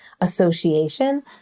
association